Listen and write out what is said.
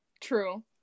True